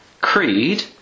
Creed